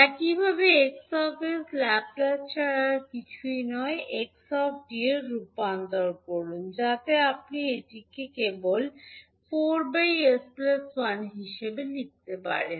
একইভাবে 𝑋 𝑠 ল্যাপ্লেস ছাড়া কিছুই নয় 𝑥 𝑡 এর রূপান্তর করুন যাতে আপনি এটিকে কেবল 4 s1 হিসাবে লিখতে পারেন